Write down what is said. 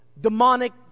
demonic